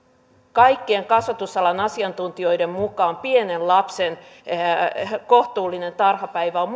kaikkien kasvatusalan asiantuntijoiden mukaan pienen lapsen kohtuullinen tarhapäivä on